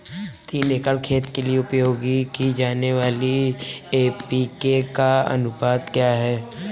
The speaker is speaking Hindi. तीन एकड़ खेत के लिए उपयोग की जाने वाली एन.पी.के का अनुपात क्या है?